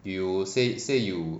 you say say you